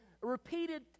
repeated